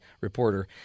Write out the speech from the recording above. reporter